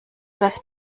das